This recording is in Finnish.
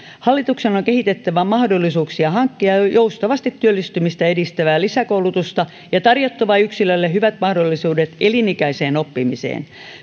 hallituksen on kehitettävä mahdollisuuksia hankkia joustavasti työllistymistä edistävää lisäkoulutusta ja tarjottava yksilölle hyvät mahdollisuudet elinikäiseen oppimiseen